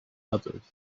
others